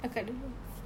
akak dulu